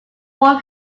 warm